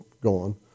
gone